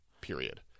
Period